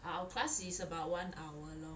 o~ our class is about one hour lor